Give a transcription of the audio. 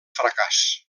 fracàs